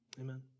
amen